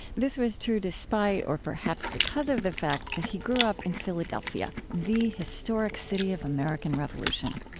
this was true despite or perhaps because of the fact that he grew up in philadelphia, the historic city of american revolution